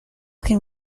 can